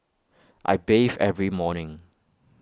I bathe every morning